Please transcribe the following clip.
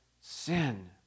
sin